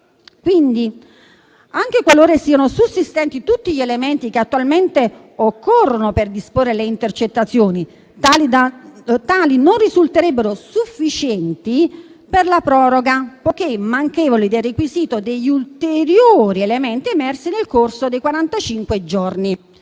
Quindi, anche qualora siano sussistenti tutti gli elementi che attualmente occorrono per disporre le intercettazioni, tali non risulterebbero sufficienti per la proroga, poiché manchevoli del requisito degli ulteriori elementi emersi nel corso dei